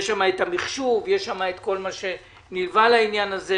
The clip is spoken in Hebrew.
יש שם את המחשוב וכל מה שנלווה לעניין הזה,